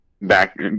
back